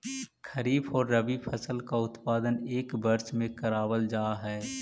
खरीफ और रबी फसल का उत्पादन एक वर्ष में करावाल जा हई